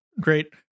great